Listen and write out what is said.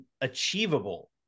achievable